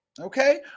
Okay